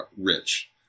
rich